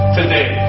today